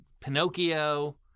Pinocchio